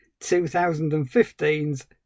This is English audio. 2015's